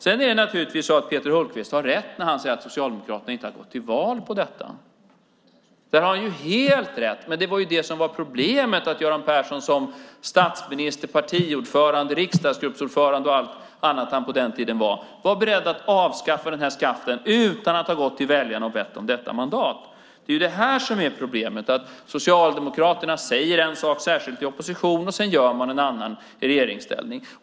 Peter Hultqvist har naturligtvis helt rätt när han säger att Socialdemokraterna inte har gått till val på detta. Men det var det som var problemet - att Göran Persson som statsminister, partiordförande, riksdagsgruppsordförande och allt annat som han var på den tiden var beredd att avskaffa skatten utan att ha gått till väljarna och bett om mandat. Det är detta som är problemet; Socialdemokraterna säger en sak, särskilt i opposition, och gör en annan i regeringsställning.